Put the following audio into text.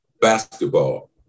basketball